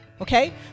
okay